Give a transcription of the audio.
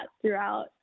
throughout